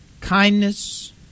kindness